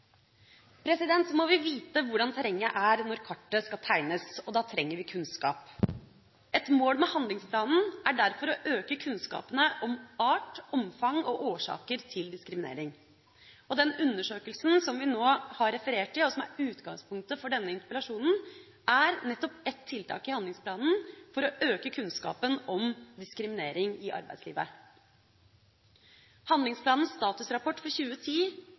Vi må vite hvordan terrenget er når kartet skal tegnes, og da trenger vi kunnskap. Et mål med handlingsplanen er derfor å øke kunnskapen om art, omfang og årsaker til diskriminering. Den undersøkelsen som vi nå har referert til, og som utgangspunktet for denne interpellasjonen, er nettopp ett tiltak i handlingsplanen for å øke kunnskapen om diskriminering i arbeidslivet. Handlingsplanens statusrapport for 2010